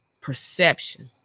perception